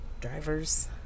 driver's